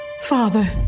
Father